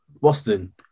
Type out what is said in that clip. Boston